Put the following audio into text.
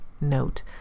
note